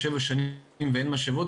או 7 שנים ואין משאבות,